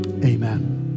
Amen